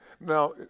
Now